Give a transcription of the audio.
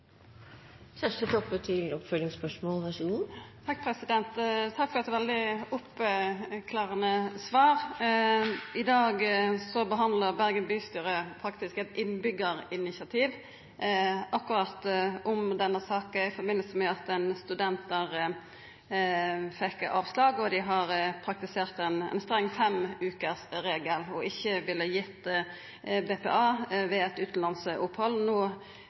Takk for eit veldig klargjerande svar. I dag behandlar Bergen bystyre faktisk eit innbyggjarinitiativ akkurat om denne saka i samband med at ein student der fekk avslag, og dei har praktisert ein streng femvekersregel og ikkje villa gi BPA ved eit utanlandsopphald. No